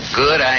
good